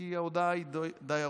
כי ההודעה היא די ארוכה.